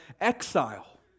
exile